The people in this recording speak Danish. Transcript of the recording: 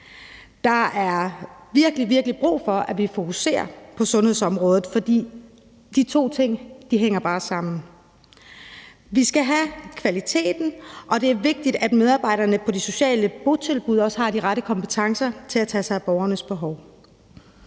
virkelig, virkelig brug for, at vi fokuserer på sundhedsområdet, for de to ting hænger bare sammen. Vi skal have kvaliteten, og det er vigtigt, at medarbejderne på de sociale botilbud også har de rette kompetencer til at tage sig af borgernes behov.